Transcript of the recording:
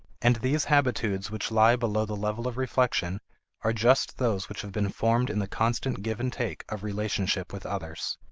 and these habitudes which lie below the level of reflection are just those which have been formed in the constant give and take of relationship with others.